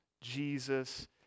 Jesus